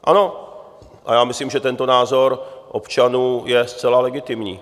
Ano, a myslím, že tento názor občanů je zcela legitimní.